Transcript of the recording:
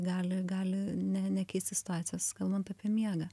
gali gali ne nekeisti stacijos kalbant apie miegą